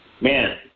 Man